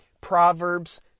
Proverbs